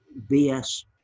BS